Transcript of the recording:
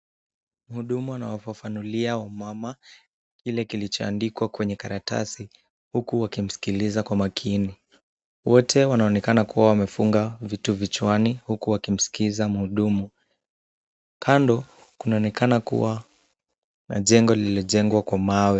Muhudumu anawafafanulia wamama ile kilichoandikwa kwenye karatasi, huku wakimsikiliza kwa makini. Wote wanaonekana kuwa wamefunga vitu vichwani, huku wakimsikiza muhudumu. Kando kunaonekana kuwa na jengo lililojengwa kwa mawe.